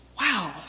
Wow